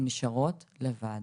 הן פשוט נשארות לבד.